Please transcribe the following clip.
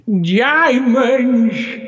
Diamonds